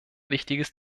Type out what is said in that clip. wichtiges